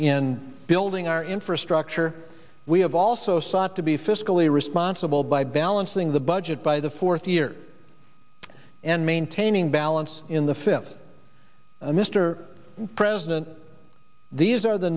in building our infrastructure we have also sought to be fiscally responsible by balancing the budget by the fourth year and maintaining balance in the film mr president these are the